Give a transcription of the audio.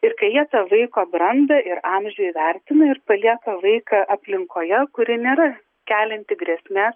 ir kai jie tą vaiko brandą ir amžių įvertina ir palieka vaiką aplinkoje kuri nėra kelianti grėsmės